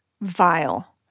vile